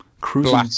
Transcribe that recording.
Cruising